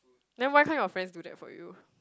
then why can't your friends do that for you